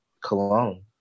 Cologne